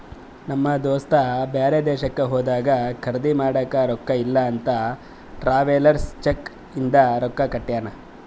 ನಮ್ ದೋಸ್ತ ಬ್ಯಾರೆ ದೇಶಕ್ಕ ಹೋದಾಗ ಖರ್ದಿ ಮಾಡಾಕ ರೊಕ್ಕಾ ಇಲ್ಲ ಅಂತ ಟ್ರಾವೆಲರ್ಸ್ ಚೆಕ್ ಇಂದ ರೊಕ್ಕಾ ಕೊಟ್ಟಾನ